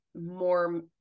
more